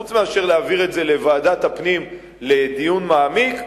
חוץ מאשר להעביר את הנושא לוועדת הפנים לדיון מעמיק,